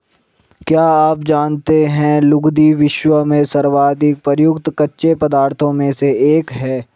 क्या आप जानते है लुगदी, विश्व में सर्वाधिक प्रयुक्त कच्चे पदार्थों में से एक है?